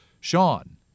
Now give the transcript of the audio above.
Sean